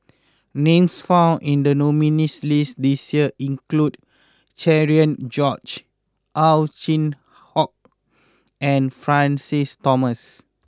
names found in the nominees' list this year include Cherian George Ow Chin Hock and Francis Thomas